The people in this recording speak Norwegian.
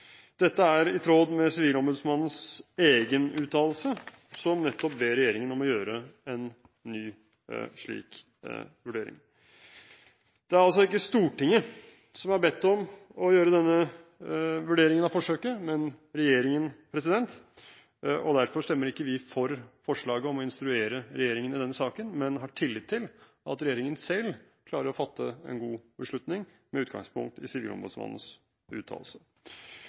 Dette er i tråd med Sivilombudsmannens egen uttalelse, der regjeringen nettopp bes om å gjøre en ny slik vurdering. Det er altså ikke Stortinget som er bedt om å gjøre denne vurderingen av forsøket, men regjeringen. Derfor stemmer ikke vi for forslaget om å instruere regjeringen i denne saken, men har tillit til at regjeringen selv klarer å fatte en god beslutning med utgangspunkt i Sivilombudsmannens uttalelse.